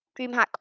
DreamHack